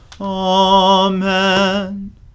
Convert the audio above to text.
Amen